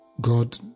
God